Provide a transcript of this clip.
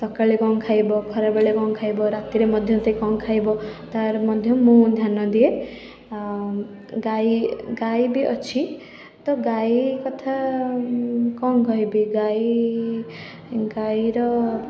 ସକାଳେ କ'ଣ ଖାଇବ ଖରାବେଳେ କ'ଣ ଖାଇବ ରାତିରେ ମଧ୍ୟ ସେ କ'ଣ ଖାଇବ ତା'ର ମଧ୍ୟ ମୁଁ ଧ୍ୟାନ ଦିଏ ଆଉ ଗାଈ ଗାଈ ବି ଅଛି ତ ଗାଈ କଥା କ'ଣ କହିବି ଗାଈ ଗାଈର